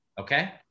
Okay